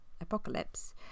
apocalypse